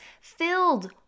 filled